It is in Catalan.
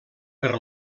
per